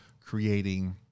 creating